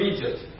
Egypt